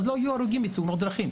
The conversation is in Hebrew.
אז לא יהיו הרוגים מתאונות דרכים.